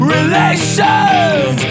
Relations